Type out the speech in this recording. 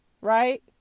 right